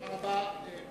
תודה רבה.